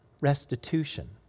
restitution